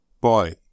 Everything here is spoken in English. boy